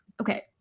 okay